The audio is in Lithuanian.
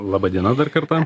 laba diena dar kartą